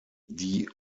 die